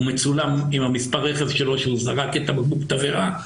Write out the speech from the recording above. הוא מצולם עם מספר הרכב שלו שהוא זרק את בקבוק התבערה.